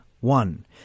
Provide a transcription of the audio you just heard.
one